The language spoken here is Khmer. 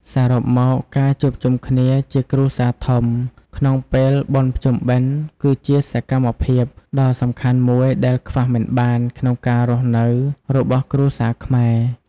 សរុបមក ការជួបជុំគ្នាជាគ្រួសារធំក្នុងពេលបុណ្យភ្ជុំបិណ្ឌគឺជាសកម្មភាពដ៏សំខាន់មួយដែលខ្វះមិនបានក្នុងការរស់នៅរបស់គ្រួសារខ្មែរ។